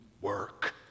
work